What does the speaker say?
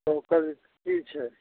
तऽ ओकर की छै